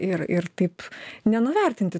ir ir taip nenuvertinti